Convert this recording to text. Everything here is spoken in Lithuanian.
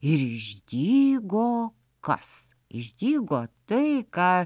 ir išdygo kas išdygo tai ką